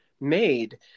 made